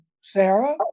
Sarah